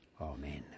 Amen